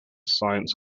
science